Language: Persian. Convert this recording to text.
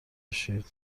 بشید